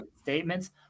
statements